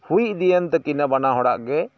ᱦᱩᱭ ᱤᱫᱤᱭᱮᱱ ᱛᱟᱠᱤᱱᱟ ᱵᱟᱱᱟ ᱦᱚᱲᱟᱜ ᱜᱮ